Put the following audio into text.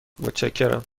متشکرم